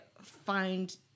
find